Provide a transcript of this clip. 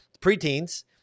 preteens